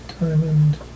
diamond